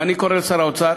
ואני קורא לשר האוצר